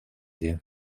wie